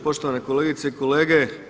Poštovane kolegice i kolege.